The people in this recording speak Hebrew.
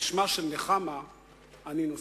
את שמה של נחמה אני נושא.